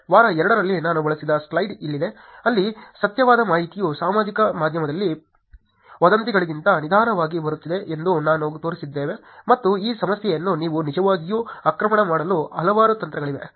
ವಾರ 2 ರಲ್ಲಿ ನಾನು ಬಳಸಿದ ಸ್ಲೈಡ್ ಇಲ್ಲಿದೆ ಅಲ್ಲಿ ಸತ್ಯವಾದ ಮಾಹಿತಿಯು ಸಾಮಾಜಿಕ ಮಾಧ್ಯಮದಲ್ಲಿ ವದಂತಿಗಳಿಗಿಂತ ನಿಧಾನವಾಗಿ ಬರುತ್ತಿದೆ ಎಂದು ನಾವು ತೋರಿಸಿದ್ದೇವೆ ಮತ್ತು ಈ ಸಮಸ್ಯೆಯನ್ನು ನೀವು ನಿಜವಾಗಿಯೂ ಆಕ್ರಮಣ ಮಾಡಲು ಹಲವಾರು ತಂತ್ರಗಳಿವೆ